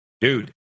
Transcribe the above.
Dude